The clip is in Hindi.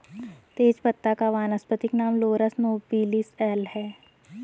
तेजपत्ता का वानस्पतिक नाम लॉरस नोबिलिस एल है